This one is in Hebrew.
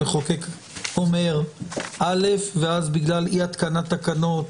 המחוקק אומר אל"ף ואז בגלל אי התקנת תקנות